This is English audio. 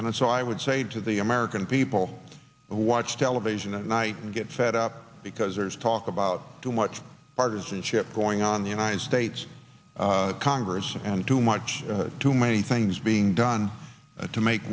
and so i would say to the american people watch television tonight and get fed up because there's talk about too much partisanship going on the united states congress and too much too many things being done to make